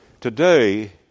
Today